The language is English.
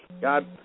God